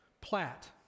Platt